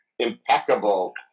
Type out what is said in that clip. impeccable